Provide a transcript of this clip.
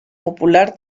popular